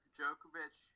Djokovic –